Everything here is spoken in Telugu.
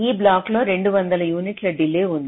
ఈ బ్లాక్లో 200 యూనిట్ల డిలే ఉంది